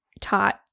taught